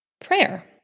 prayer